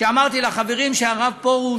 כשאמרתי לחברים שהרב פרוש